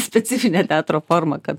specifinę teatro formą kad